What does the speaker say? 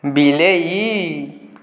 ବିଲେଇ